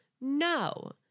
no